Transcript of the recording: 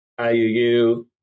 IUU